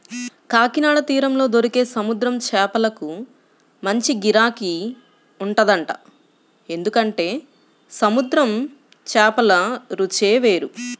కాకినాడ తీరంలో దొరికే సముద్రం చేపలకు మంచి గిరాకీ ఉంటదంట, ఎందుకంటే సముద్రం చేపల రుచే వేరు